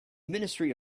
ministry